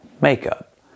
makeup